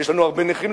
יש לנו הרבה נכים,